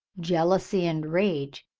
jealousy, and rage,